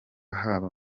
haba